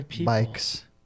bikes